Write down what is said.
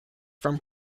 from